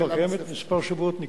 היא כבר קיימת מספר שבועות ניכר.